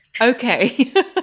Okay